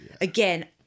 Again